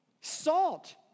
Salt